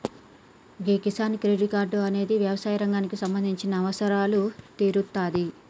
గీ Kisan credit card అనేది యవసాయ రంగానికి సంబంధించిన అవసరాలు తీరుత్తాది